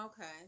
okay